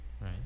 right